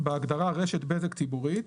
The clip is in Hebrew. "בהגדרה "רשת בזק ציבורית",